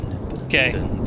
Okay